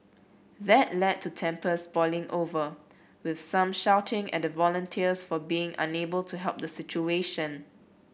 that led to tempers boiling over with some shouting at the volunteers for being unable to help the situation